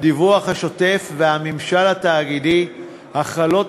הדיווח השוטף והממשל התאגידי החלות